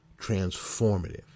transformative